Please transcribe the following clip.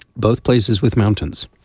both places with mountains.